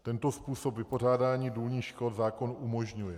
Tento způsob vypořádání důlních škod zákon umožňuje.